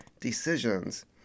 decisions